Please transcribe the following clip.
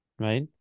Right